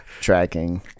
tracking